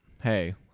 hey